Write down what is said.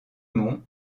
mont